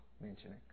mentioning